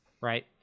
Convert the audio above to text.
Right